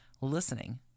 listening